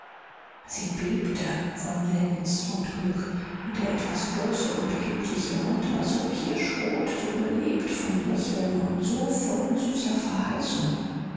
sie bebte von lenz und glück und der etwas große und kindliche mund war so kirschrot so belebt von lächeln und so voll süßer verheißungen